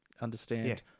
understand